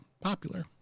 popular